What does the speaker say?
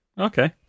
Okay